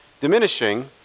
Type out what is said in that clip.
diminishing